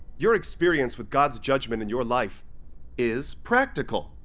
your experience with god's judgment in your life is practical!